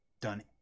done